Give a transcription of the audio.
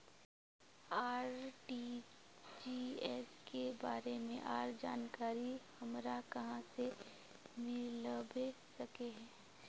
RTGS के बारे में आर जानकारी हमरा कहाँ से मिलबे सके है?